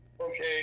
okay